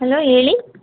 hello ಹೇಳಿ